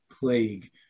plague